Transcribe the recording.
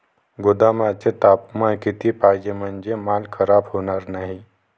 गोदामाचे तापमान किती पाहिजे? म्हणजे माल खराब होणार नाही?